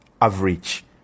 average